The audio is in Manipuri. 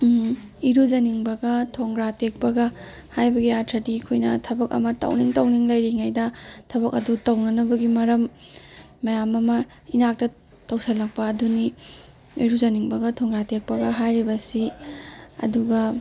ꯏꯔꯨꯖꯅꯤꯡꯕꯒ ꯊꯣꯡꯒ꯭ꯔꯥ ꯇꯦꯛꯄꯒ ꯍꯥꯏꯕꯒꯤ ꯑꯥꯔꯊꯗꯤ ꯑꯩꯈꯣꯏꯅ ꯊꯕꯛ ꯑꯃ ꯇꯧꯅꯤꯡ ꯇꯧꯅꯤꯡ ꯂꯩꯔꯤꯉꯩꯗ ꯊꯕꯛ ꯑꯗꯨ ꯇꯧꯅꯅꯕꯒꯤ ꯃꯔꯝ ꯃꯌꯥꯝ ꯑꯃ ꯏꯅꯥꯛꯇ ꯇꯧꯁꯜꯂꯛꯄ ꯑꯗꯨꯅꯤ ꯏꯔꯨꯖꯅꯤꯡꯕꯒ ꯊꯣꯡꯒ꯭ꯔꯥ ꯇꯦꯛꯄꯒ ꯍꯥꯏꯔꯤꯕꯁꯤ ꯑꯗꯨꯒ